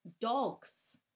dogs